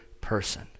person